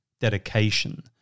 dedication